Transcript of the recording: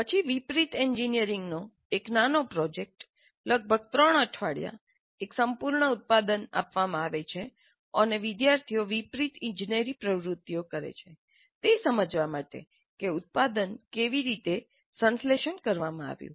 પછી વિપરીત એન્જિનિયરિંગનો એક નાનો પ્રોજેક્ટ લગભગ 3 અઠવાડિયા એક સંપૂર્ણ ઉત્પાદન આપવામાં આવે છે અને વિદ્યાર્થીઓ વિપરીત ઇજનેરી પ્રવૃત્તિઓ કરે છે તે સમજવા માટે કે ઉત્પાદન કેવી રીતે સંશ્લેષણ કરવામાં આવ્યું